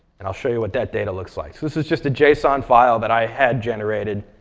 and i'll show you what that data looks like. so this is just a json file that i had generated.